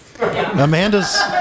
Amanda's